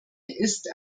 ist